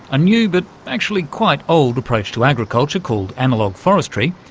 a new but actually quite old approach to agriculture called analogue forestry,